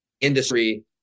industry